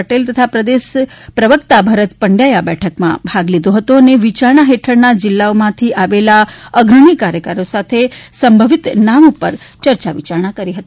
પટેલ તથા પ્રદેશ પ્રવકતા ભરત પંડ્યા એ આ બેઠક માં ભાગ લીધો હતો અને વિચારણા હેઠળ ના જિલ્લાઓ માથી આવેલા અગ્રણી કાર્યકરો સાથે સંભવિત નામ ઉપર ચર્ચા વિયારણા કરી હતી